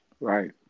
right